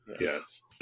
yes